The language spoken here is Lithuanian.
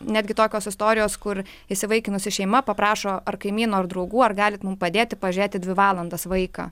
netgi tokios istorijos kur įsivaikinusi šeima paprašo ar kaimyno ar draugų ar galite mums padėti pažiūrėti dvi valandas vaiką